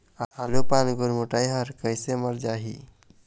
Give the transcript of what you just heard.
आलू पान गुरमुटाए हर कइसे मर जाही?